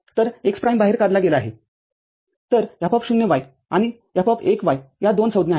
तर x prime बाहेर काढला गेला आहेतर F0y आणि F१yया दोन संज्ञा आहेत